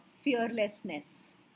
fearlessness